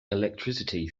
electricity